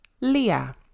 Leah